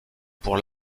pour